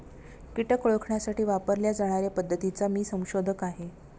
कीटक ओळखण्यासाठी वापरल्या जाणार्या पद्धतीचा मी संशोधक आहे